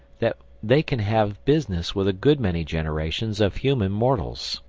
that they can have business with a good many generations of human mortals.